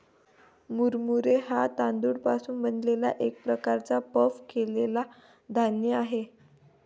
मुरमुरे हा तांदूळ पासून बनलेला एक प्रकारचा पफ केलेला धान्य आहे